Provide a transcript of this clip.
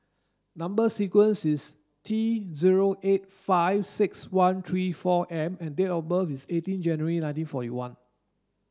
number sequence is T zero eight five six one three four M and date of birth is eighteen January nineteen forty one